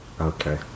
Okay